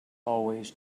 always